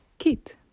Kit